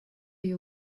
you